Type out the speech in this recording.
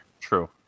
true